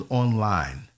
online